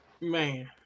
Man